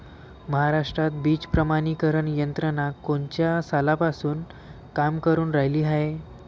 महाराष्ट्रात बीज प्रमानीकरण यंत्रना कोनच्या सालापासून काम करुन रायली हाये?